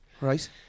right